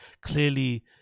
clearly